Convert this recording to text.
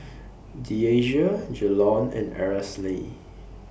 Deasia Jalon and Aracely